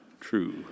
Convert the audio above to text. true